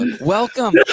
Welcome